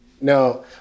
No